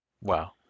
Wow